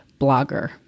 blogger